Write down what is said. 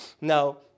Now